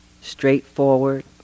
straightforward